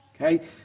okay